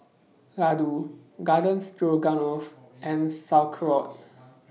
Ladoo Garden Stroganoff and Sauerkraut